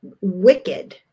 wicked